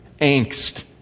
angst